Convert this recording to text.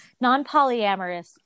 non-polyamorous